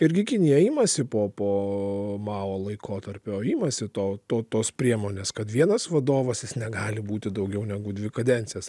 irgi kinija imasi po maro laikotarpio imasi to to tos priemonės kad vienas vadovas jis negali būti daugiau negu dvi kadencijas